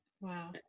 Wow